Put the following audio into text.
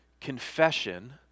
Confession